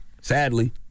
Sadly